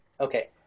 Okay